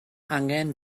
angen